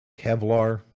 Kevlar